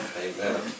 Amen